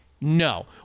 No